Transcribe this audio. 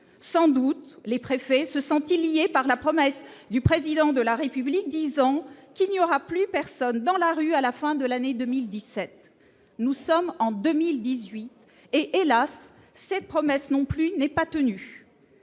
sans doute, les préfets se sentir lié par la promesse du président de la République, disant qu'il n'y aura plus personne dans la rue, à la fin de l'année 2017, nous sommes en 2018 et hélas cette promesse non plus n'est pas tenu,